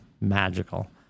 Magical